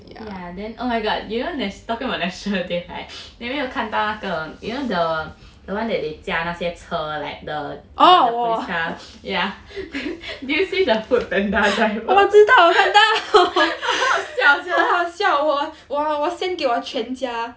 then oh my god you know there's talking about national day right 你有没有看那个 you know the the one that they 驾那些车 like the you know the police car ya did you see the Foodpanda driver 很好笑 sia